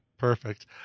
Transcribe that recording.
Perfect